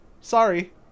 Sorry